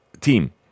team